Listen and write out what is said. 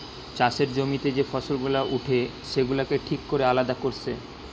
চাষের জমিতে যে ফসল গুলা উঠে সেগুলাকে ঠিক কোরে আলাদা কোরছে